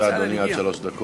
בבקשה, אדוני, עד שלוש דקות.